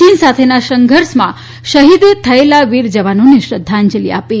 ચીન સાથેના સંઘર્ષમાં શા્હીદ થયેલા વીર જવાનોને શ્રદ્ધાંજલી આપી